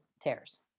tears